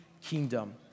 kingdom